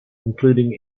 including